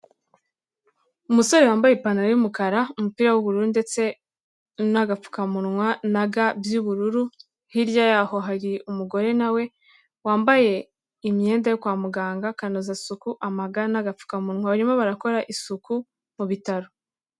Umusore wambaye ipantaro y'umukara, umupira w'ubururu ndetse n'agapfukamunwa na ga by'ubururu, hirya yaho hari umugore na we wambaye imyenda yo kwa muganga, akanozasuku, amaga n'agapfukamunwa. Barimo barakora isuku mu bitaro.